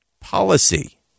policy